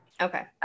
Okay